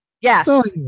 yes